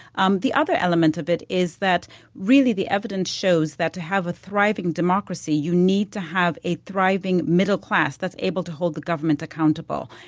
um the other element of it is that really the evidence shows that to have a thriving democracy, you need to have a thriving middle class that's able to hold the government accountable.